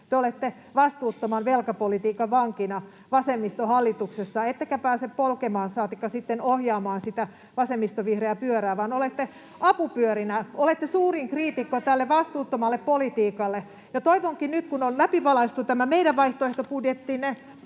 te olette vastuuttoman velkapolitiikan vankina vasemmistohallituksessa ettekä pääse polkemaan saatikka sitten ohjaamaan sitä vasemmistovihreää pyörää, vaan olette apupyörinä. [Välihuutoja keskustapuolueen ryhmästä] Olette suurin kriitikko tälle vastuuttomalle politiikalle. Ja toivonkin nyt, kun on läpivalaistu tämä meidän vaihtoehtobudjettimme,